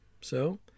so